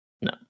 No